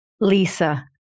Lisa